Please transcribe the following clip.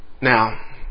Now